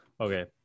Okay